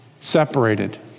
separated